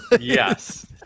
yes